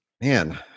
Man